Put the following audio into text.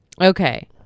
Okay